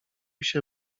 się